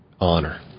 honor